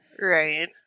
Right